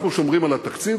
אנחנו שומרים על התקציב,